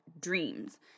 dreams